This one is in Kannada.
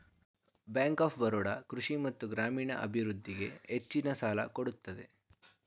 ಬ್ಯಾಂಕ್ ಆಫ್ ಬರೋಡ ಕೃಷಿ ಮತ್ತು ಗ್ರಾಮೀಣ ಅಭಿವೃದ್ಧಿಗೆ ಹೆಚ್ಚಿನ ಸಾಲ ಕೊಡುತ್ತದೆ